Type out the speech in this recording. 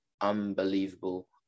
unbelievable